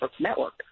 network